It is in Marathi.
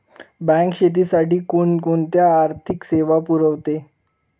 बँक शेतीसाठी कोणकोणत्या आर्थिक सेवा पुरवते?